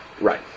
Right